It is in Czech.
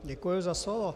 Děkuji za slovo.